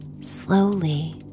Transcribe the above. slowly